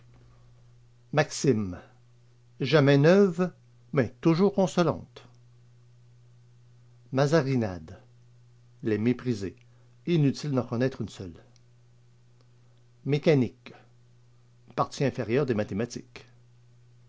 maxime jamais neuve mais toujours consolante mazarinades les mépriser inutile d'en connaître une seule mécanique partie inférieure des mathématiques